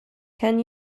can